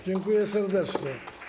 Dziękuję serdecznie.